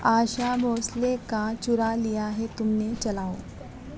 آشا بھوسلے کا چرا لیا ہے تم نے چلاؤ